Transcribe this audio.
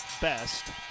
best